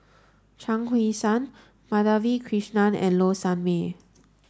Chuang Hui Tsuan Madhavi Krishnan and Low Sanmay